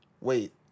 Wait